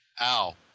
ow